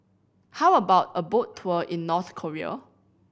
how about a boat tour in North Korea